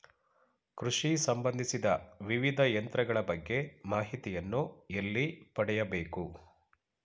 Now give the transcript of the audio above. ಕೃಷಿ ಸಂಬಂದಿಸಿದ ವಿವಿಧ ಯಂತ್ರಗಳ ಬಗ್ಗೆ ಮಾಹಿತಿಯನ್ನು ಎಲ್ಲಿ ಪಡೆಯಬೇಕು?